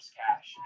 cash